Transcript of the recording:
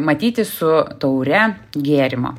matyti su taure gėrimo